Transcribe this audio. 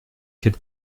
quel